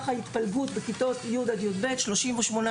ההתפלגות: בכיתות י' עד י"ב 38,000,